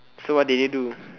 so what did they do